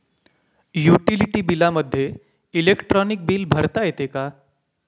Utility बिलामध्ये electronic bill भरता येते का?